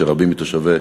שרבים מתושבי